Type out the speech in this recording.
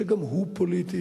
שגם הוא פוליטי.